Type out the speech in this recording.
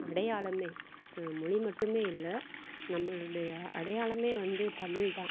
அடையாளமே மொழி மட்டுமே இல்லை நம்மளுடைய அடையாளமே வந்து தமிழ் தான்